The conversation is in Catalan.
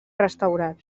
restaurat